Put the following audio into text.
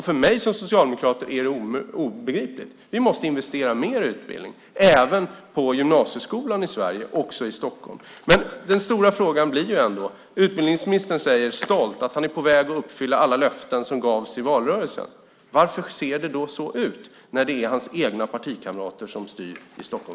För mig som socialdemokrat är det obegripligt. Vi måste investera mer i utbildning, även på gymnasieskolan, i Sverige - också i Stockholm. Men den stora frågan blir ändå denna. Utbildningsministern säger stolt att han är på väg att uppfylla alla löften som gavs i valrörelsen. Varför ser det då ut så här när det är hans egna partikamrater som styr i Stockholm?